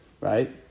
right